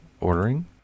ordering